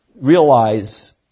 realize